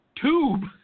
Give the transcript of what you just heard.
tube